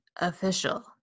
Official